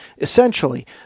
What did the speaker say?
Essentially